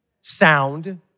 sound